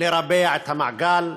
לרבע את המעגל,